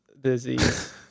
disease